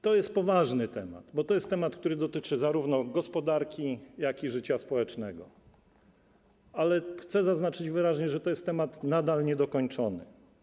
To jest poważny temat, bo to jest temat, który dotyczy zarówno gospodarki, jak i życia społecznego, ale chcę zaznaczyć wyraźnie, że to jest temat nadal niedokończony.